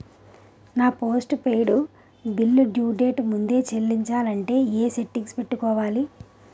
నా postpaid bill due date ముందే చెల్లించాలంటే ఎ సెట్టింగ్స్ పెట్టుకోవాలి?